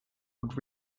would